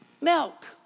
milk